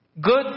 good